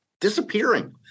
disappearing